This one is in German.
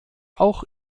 auch